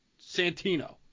Santino